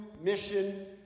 mission